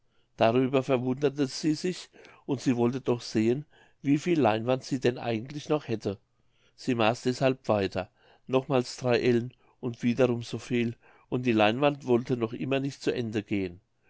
darüber verwunderte sie sich und sie wollte doch sehen wie viel leinewand sie denn eigentlich noch hätte sie maß deshalb weiter nochmals drei ellen und wiederum so viel und die leinewand wollte noch immer nicht zu ende gehen